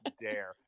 dare